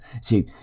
See